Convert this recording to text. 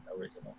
original